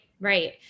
Right